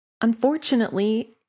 unfortunately